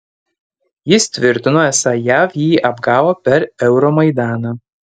jis tvirtino esą jav jį apgavo per euromaidaną